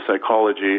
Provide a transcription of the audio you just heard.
psychology